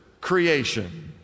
creation